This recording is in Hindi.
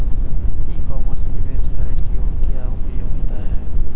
ई कॉमर्स की वेबसाइट की क्या उपयोगिता है?